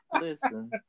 Listen